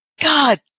God